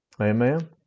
Amen